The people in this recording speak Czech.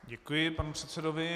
Děkuji panu předsedovi.